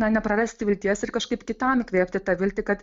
na neprarasti vilties ir kažkaip kitam įkvėpti tą viltį kad